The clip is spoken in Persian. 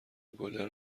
گلر